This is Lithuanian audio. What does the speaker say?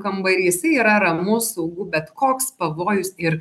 kambary jisai yra ramu saugu bet koks pavojus ir